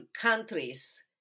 countries